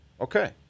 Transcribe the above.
okay